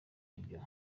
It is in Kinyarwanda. ibyo